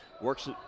Works